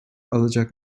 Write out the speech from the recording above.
alacak